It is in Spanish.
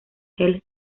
hell